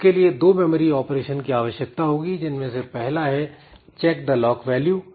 इसके लिए दो मेमोरी ऑपरेशन की आवश्यकता होगी जिनमें से पहला है चेक द लॉक वैल्यू